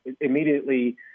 immediately